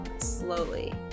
Slowly